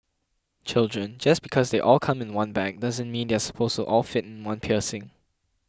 children just because they all come in one bag doesn't mean they are supposed all fit in one piercing